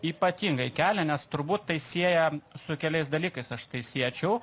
ypatingai kelia nes turbūt tai sieja su keliais dalykais aš tai siečiau